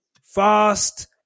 Fast